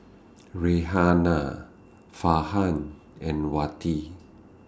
Raihana Farhan and Wati